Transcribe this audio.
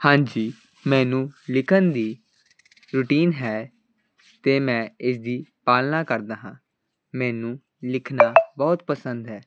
ਹਾਂਜੀ ਮੈਨੂੰ ਲਿਖਣ ਦੀ ਰੂਟੀਨ ਹੈ ਅਤੇ ਮੈਂ ਇਸਦੀ ਪਾਲਨਾ ਕਰਦਾ ਹਾਂ ਮੈਨੂੰ ਲਿਖਣਾ ਬਹੁਤ ਪਸੰਦ ਹੈ